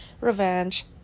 Revenge